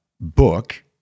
book